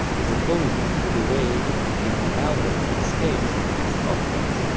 as opposed to the way that we think nowadays on scales, as octaves,